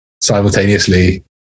simultaneously